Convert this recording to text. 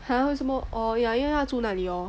!huh! 为什么 orh ya 因为他住那里 orh